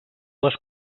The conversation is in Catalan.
les